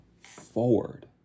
forward